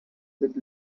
with